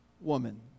woman